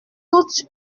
toute